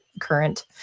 current